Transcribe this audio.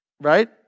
right